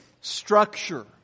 structure